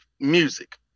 music